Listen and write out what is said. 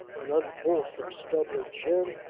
and unwholesome stubbly chin.